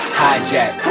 hijack